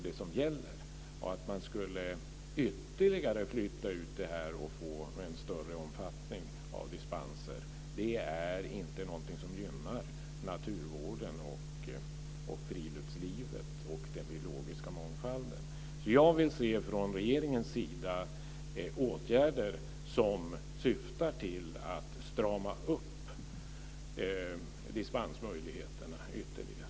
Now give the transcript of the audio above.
Att man ytterligare skulle flytta ut det här och få en större omfattning av dispenser är inte någonting som gynnar naturvården, friluftslivet och den biologiska mångfalden. Jag vill se åtgärder från regeringens sida som syftar till att strama åt dispensmöjligheterna ytterligare.